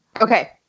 Okay